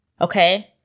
Okay